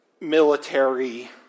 military